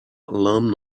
alumni